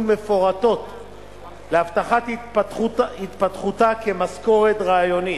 מפורטות להבטחת התפתחותה כמשכורת רעיונית.